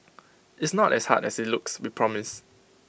it's not as hard as IT looks we promise